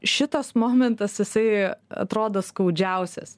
šitas momentas jisai atrodo skaudžiausias